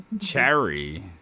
Cherry